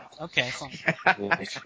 Okay